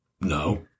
No